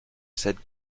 cède